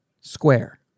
square